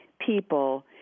people